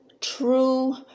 true